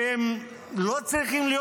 שלא צריכים להיות